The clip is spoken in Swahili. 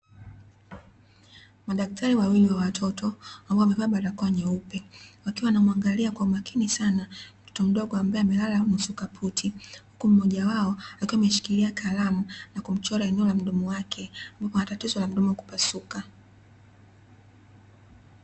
Madaktari wawili wa watoto, ambao wamevaa barakoa nyeupe, wakiwa wanamuangalia kwa umakini sana mtoto mdogo ambaye amelala nusu kaputi, huku mmoja wao akiwa ameshikilia kalamu na kumchora eneo la mdomo wake, kwa tatizo la mdomo kupasuka.